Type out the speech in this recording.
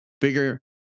bigger